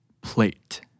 plate